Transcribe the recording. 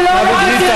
היא לא לגיטימית,